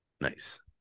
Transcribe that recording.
Nice